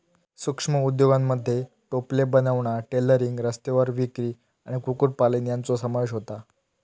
सूक्ष्म उद्योगांमध्ये टोपले बनवणा, टेलरिंग, रस्त्यावर विक्री आणि कुक्कुटपालन यांचो समावेश होता